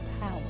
power